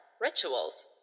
rituals